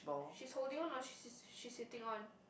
she's holding on or she she's sitting on